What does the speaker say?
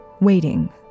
waiting